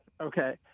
Okay